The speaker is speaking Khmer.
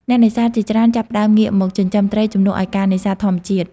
អ្នកនេសាទជាច្រើនចាប់ផ្តើមងាកមក ចិញ្ចឹមត្រី ជំនួសឱ្យការនេសាទធម្មជាតិ។